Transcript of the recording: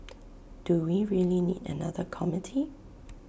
do we really need another committee